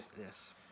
Yes